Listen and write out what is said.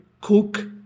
cook